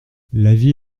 l’avis